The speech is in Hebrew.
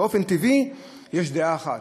באופן טבעי יש דעה אחת,